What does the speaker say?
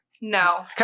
No